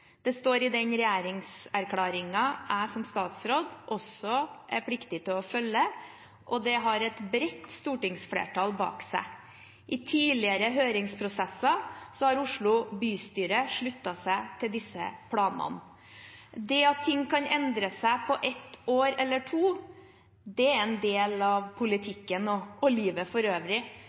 Det står i den regjeringserklæringen jeg som statsråd er pliktig til å følge, og det har et bredt stortingsflertall bak seg. I tidligere høringsprosesser har Oslo bystyre sluttet seg til disse planene. Det at ting kan endre seg på et år eller to, er en del av politikken og livet for øvrig.